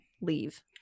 Leave